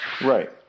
Right